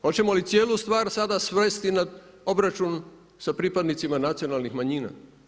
Hoćemo li cijelu stvar sada svesti na obračun sa pripadnicima nacionalnih manjina?